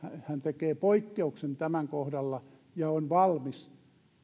hän tekee poikkeuksen tämän kohdalla ja on valmis